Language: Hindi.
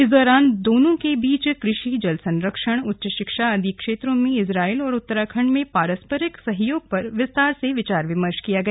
इस दौरान दोनों के बीच कृषि जल संरक्षण उच्च शिक्षा आदि क्षेत्रों में इजरायल और उत्तराखण्ड में पारस्परिक सहयोग पर विस्तार से विचार विमर्श किया गया